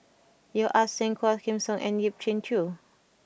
Yeo Ah Seng Quah Kim Song and Yip Pin Xiu